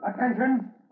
Attention